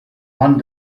one